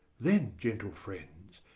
then, gentle friends,